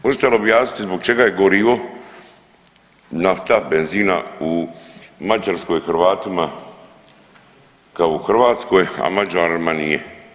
Možete li objasniti zbog čega je gorivo nafta benzina u Mađarskoj Hrvatima kao u Hrvatskoj, a Mađarima nije?